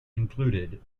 include